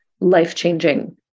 life-changing